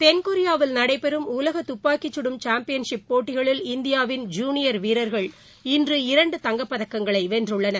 தென்கொரியாவில் நடைபெறும் உலக துப்பாக்கிச் சுடும் சாம்பியன் ஷிப் போட்டிகளில் இந்தியாவின் ஜூனியர் வீரர்கள் இன்று இரண்டு தங்கப்பதக்கங்களை வென்றுள்ளனர்